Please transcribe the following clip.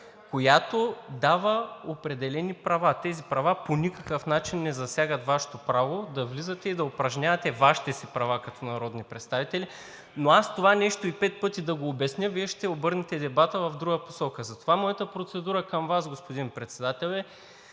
която дава определени права. Тези права по никакъв начин не засягат Вашето право да влизате и да упражнявате Вашите си права като народни представители. Но аз това нещо и пет пъти да го обясня, Вие ще обърнете дебата в друга посока. Затова моята процедура към Вас, господин Председател,